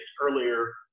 earlier